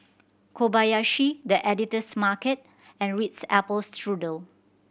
Kobayashi The Editor's Market and Ritz Apple Strudel